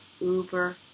uber